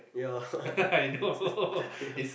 yeah yeah